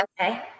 Okay